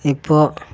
ഇപ്പോള്